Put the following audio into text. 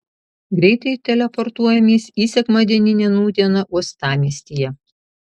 greitai teleportuojamės į sekmadieninę nūdieną uostamiestyje